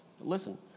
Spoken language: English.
Listen